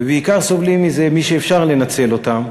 ובעיקר סובלים מזה מי שאפשר לנצל אותם.